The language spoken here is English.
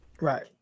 Right